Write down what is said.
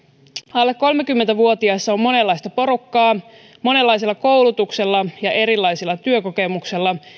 alle kolmekymmentä vuotiaissa on monenlaista porukkaa monenlaisella koulutuksella ja erilaisella työkokemuksella